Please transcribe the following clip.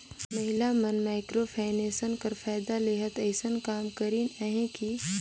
महिला मन micro finance कर फएदा लेहत अइसन काम करिन अहें कि